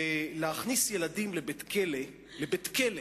להכניס ילדים לבית-כלא, לבית-כלא,